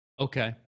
Okay